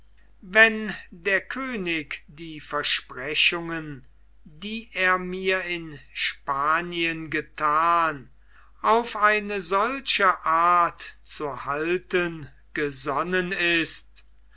wenn der könig die versprechungen die er mir in spanien gethan auf eine solche art zu halten gesonnen ist